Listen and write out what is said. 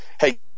Hey